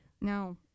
No